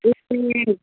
त्यो त्यही